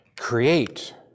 Create